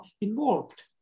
involved